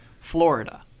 Florida